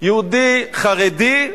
יהודי חרדי,